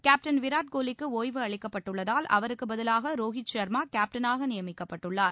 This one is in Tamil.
கேப்டன் விராட் கோலிக்கு ஓய்வு அளிக்கப்பட்டுள்ளதால் அவருக்கு பதிலாக ரோஹித் சர்மா கேப்டனாக நியமிக்கப்பட்டுள்ளார்